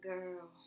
Girl